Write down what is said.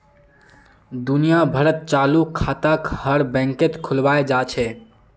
दुनिया भरत चालू खाताक हर बैंकत खुलवाया जा छे